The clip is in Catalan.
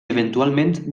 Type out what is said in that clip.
eventualment